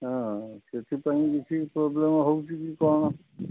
ହଁ ସେଥିପାଇଁ କିଛି ପ୍ରୋବ୍ଲେମ୍ ହେଉଛି କି କ'ଣ